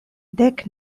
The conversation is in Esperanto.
dek